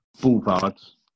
boulevards